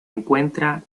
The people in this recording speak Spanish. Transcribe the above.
encuentra